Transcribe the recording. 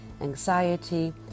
anxiety